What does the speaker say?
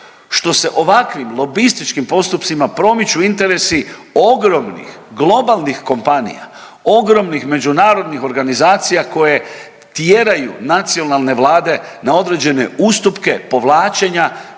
zato se ovakvim lobističkim postupcima promiču interesi ogromnih globalnih kompanija, ogromnih međunarodnih organizacija koje tjeraju nacionalne vlade na određene ustupke, povlačenja